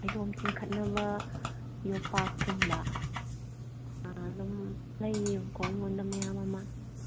ꯐꯩꯗꯣꯝ ꯆꯤꯡꯈꯠꯅꯕ ꯌꯣꯠꯄꯥꯛ ꯀꯨꯝꯕ ꯑꯥ ꯑꯗꯨꯝ ꯂꯩꯌꯦꯕꯀꯣ ꯑꯩꯉꯣꯟꯗ ꯃꯌꯥꯝ ꯑꯃ